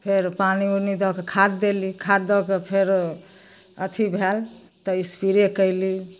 फेर पानी उनी दऽ कऽ खाद देलहुँ खाद दऽ कऽ फेरो अथी भेल तऽ एस्प्रे कएलहुँ